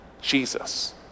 Jesus